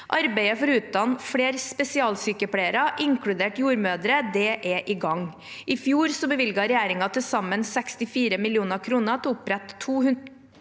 Arbeidet for å utdanne flere spesialsykepleiere, inkludert jordmødre, er i gang. I fjor bevilget regjeringen til sammen 64 mill. kr til å opprette 200